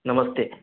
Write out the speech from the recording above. नमस्ते